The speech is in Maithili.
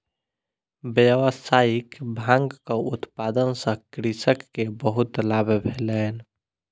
व्यावसायिक भांगक उत्पादन सॅ कृषक के बहुत लाभ भेलैन